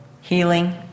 healing